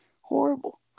Horrible